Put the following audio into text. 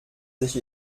sich